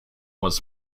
was